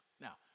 Now